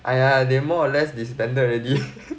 !aiya! they more or less disbanded already